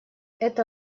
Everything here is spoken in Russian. это